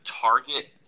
target